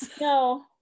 No